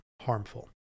harmful